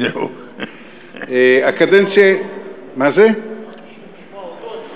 רק בשביל לשמוע אותו?